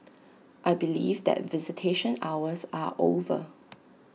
I believe that visitation hours are over